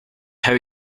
how